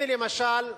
הנה, למשל,